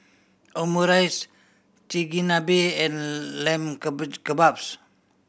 Omurice Chigenabe and Lamb Kebabs